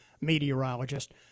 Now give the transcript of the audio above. meteorologist